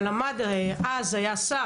אבל עמד אז השר,